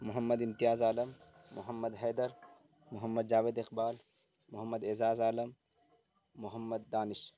Muhammad Imtiaz Alam Mohammad Haider Mohammad Javed Iqbal Mohammad Ejaz Alam Mohammad Danish